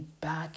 back